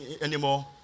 anymore